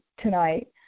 tonight